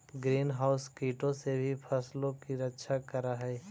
green house कीटों से भी फसलों की रक्षा करअ हई